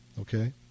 Okay